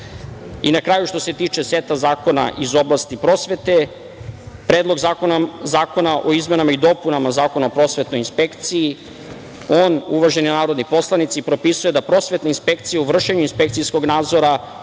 kraju, što se tiče seta zakona iz oblasti prosvete, Predlog zakona o izmenama i dopunama Zakona o prosvetnoj inspekciji. On, uvaženi narodni poslanici, propisuju da prosvetna inspekcija u vršenju inspekcijskog nadzora,